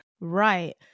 Right